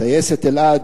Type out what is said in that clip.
"טייסת אלעד",